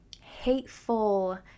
hateful